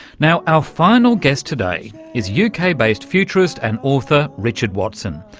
now, our final guest today is uk-based futurist and author richard watson.